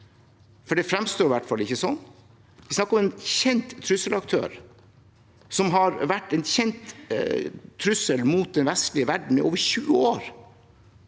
dag, det fremstår i hvert fall ikke sånn. Det er snakk om en kjent trusselaktør som har vært en kjent trussel mot den vestlige verden i over 20 år.